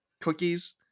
cookies